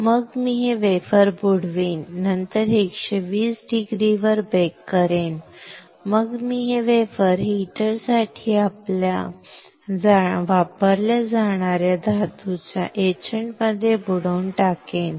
आणि मग मी हे वेफर बुडवीन नंतर हे 120 डिग्रीवर बेक करा आणि मी हे वेफर हीटरसाठी वापरल्या जाणार्या धातूच्या एचंटमध्ये बुडवून टाकेन